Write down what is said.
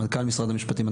מנכ"ל משרד המשפטים,